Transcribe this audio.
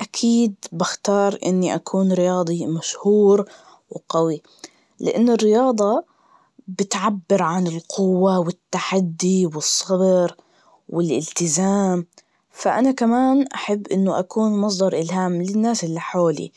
أكيد بختار إني أكون رياضي مشهور وقوي, لأن الرياضة بتعبر عن القوة والتحدي والصبر والإلتزام, فأنا كمان أحب إنه أكون مصدر إلهام للناس اللي حولي,